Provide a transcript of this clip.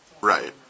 right